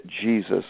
Jesus